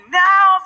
now